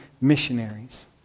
missionaries